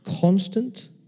constant